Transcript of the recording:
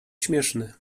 śmieszny